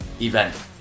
event